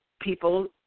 people